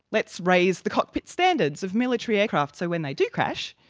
let's raise the cockpit standards of military aircraft so when they do crash,